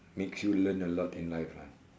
makes you learn a lot in life lah